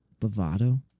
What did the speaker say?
Bovado